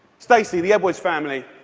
stacy, the edwards family.